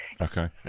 Okay